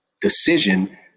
decision